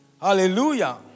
Hallelujah